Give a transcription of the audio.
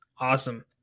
Awesome